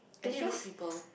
I think rude people